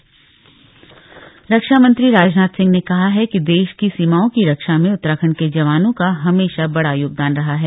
केंदीय मंत्री सीएम रक्षामंत्री राजनाथ सिंह ने कहा है कि देश की सीमाओं की रक्षा में उतराखण्ड के जवानों का हमेशा बड़ा योगदान रहा है